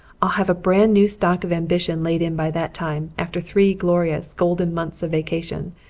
i'll have a brand new stock of ambition laid in by that time after three glorious, golden months of vacation.